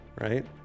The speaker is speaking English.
right